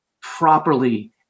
properly